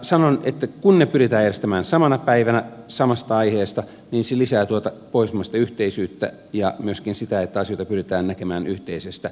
sanon että kun ne pyritään järjestämään samana päivänä samasta aiheesta niin se lisää tuota pohjoismaista yhteisyyttä ja myöskin sitä että asioita pyritään näkemään yhteisestä näkökulmasta